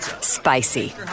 Spicy